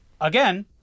again